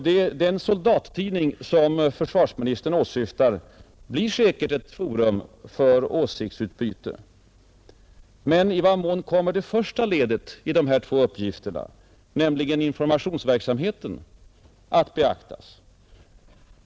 Den ”soldattidning” som försvarsministern åsyftar blir säkert ett forum för åsiktsutbyte, men i vad mån kommer det första ledet i de två uppgifterna — informationsverksamheten — att beaktas?